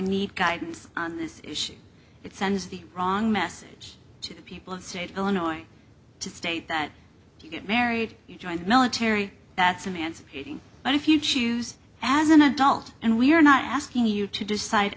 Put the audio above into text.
need guidance on this issue it sends the wrong message to the people of the state illinois to state that if you get married you join the military that's emancipating but if you choose as an adult and we are not asking you to decide